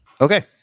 okay